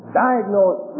diagnose